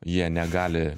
jie negali